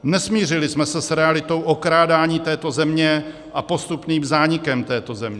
Nesmířili jsme se s realitou okrádání této země a postupným zánikem této země.